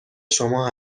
شما